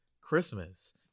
Christmas